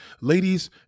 Ladies